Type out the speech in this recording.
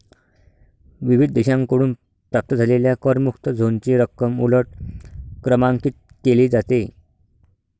विविध देशांकडून प्राप्त झालेल्या करमुक्त झोनची रक्कम उलट क्रमांकित केली जाते